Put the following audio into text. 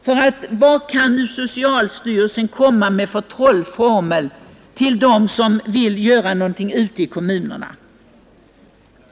Vilken trollformel kan väl socialstyrelsen komma med till dem som vill göra något ute i kommunerna?